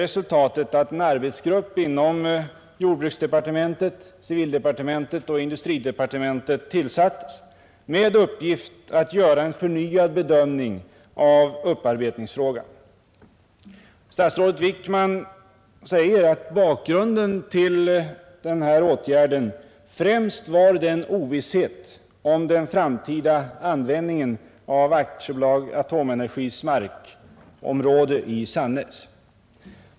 Resultatet blev att en arbetsgrupp inom jordbruksdepartementet, civildepartementet och industridepartementet tillsattes med uppgift att göra en förnyad bedömning av upparbetningsfrågan. Statsrådet Wickman säger att bakgrunden till denna åtgärd främst var ovisshet om den framtida användningen av AB Atomenergis markområde i Sannäs.